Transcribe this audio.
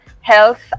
health